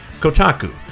Kotaku